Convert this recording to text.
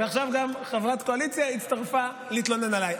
ועכשיו גם חברת קואליציה הצטרפה להתלונן עליי.